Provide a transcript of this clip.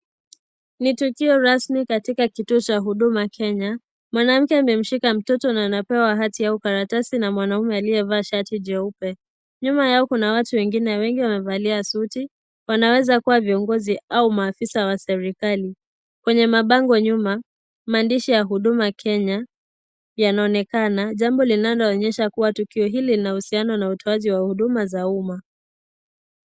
Ni tukio rasmi katika kituo cha huduma Kenya. Mwanamke amemshika mtoto na anapewa ati au karatasi na mwanaume aliyevaa shati jeupe. Nyuma yao kuna watu wengine wengi wamevalia suti wanaweza kuwa viongozi au maafisa wa serikali. Kwenye mabango nyuma maandishi ya Huduma Kenya yanaonekana jambo linaloonyesha tukio ili linausiana na utoaji wa huduma za umma.